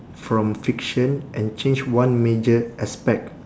from fiction and change one major aspect